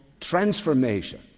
transformation